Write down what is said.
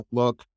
look